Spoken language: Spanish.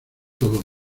todo